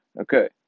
Okay